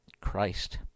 Christ